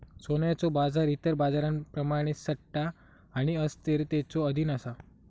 सोन्याचो बाजार इतर बाजारांप्रमाणेच सट्टा आणि अस्थिरतेच्यो अधीन असा